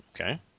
Okay